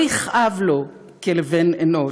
לא יכאב לו כלבן אנוש,